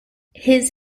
his